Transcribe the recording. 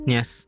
Yes